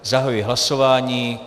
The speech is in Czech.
Zahajuji hlasování.